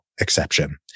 exception